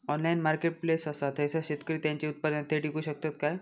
Online marketplace असा थयसर शेतकरी त्यांची उत्पादने थेट इकू शकतत काय?